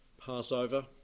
Passover